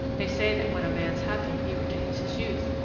they say that when a man's happy he retains his youth,